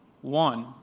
One